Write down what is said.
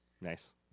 Nice